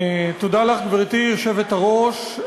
גברתי היושבת-ראש,